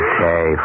Okay